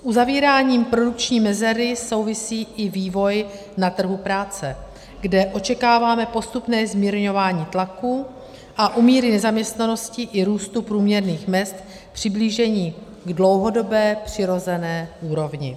S uzavíráním produkční mezery souvisí i vývoj na trhu práce, kde očekáváme postupné zmírňování tlaku a u míry nezaměstnanosti i růstu průměrných mezd přiblížení k dlouhodobé přirozené úrovni.